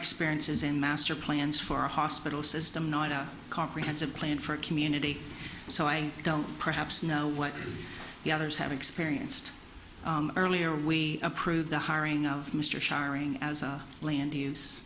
experiences and master plans for a hospital system not a comprehensive plan for a community so i don't perhaps know what the others have experienced earlier we approved the hiring of mr sharing as a plan to use